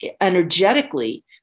energetically